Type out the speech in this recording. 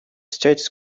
states